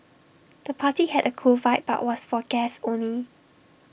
the party had A cool vibe but was for guests only